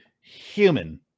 human